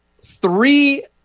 Three